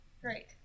Great